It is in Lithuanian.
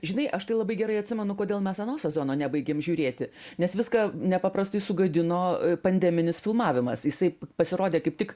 žinai aš tai labai gerai atsimenu kodėl mes ano sezono nebaigėm žiūrėti nes viską nepaprastai sugadino pandeminis filmavimas jisai pasirodė kaip tik